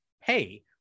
hey